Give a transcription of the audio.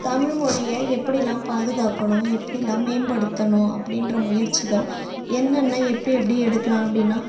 தமிழ்மொழியை எப்படிலாம் பாதுகாக்கணும் எப்படிலாம் மேம்படுத்தணும் அப்படின்ற முயற்சிகள் என்னென்ன எப்படி எப்படி எடுக்கலாம் அப்படினா